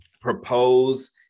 propose